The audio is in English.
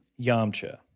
Yamcha